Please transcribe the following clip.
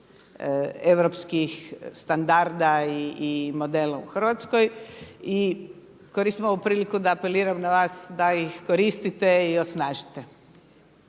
europskih standarda i modela u Hrvatskoj. I koristim ovu priliku da apeliram na vas da ih koristite i osnažite.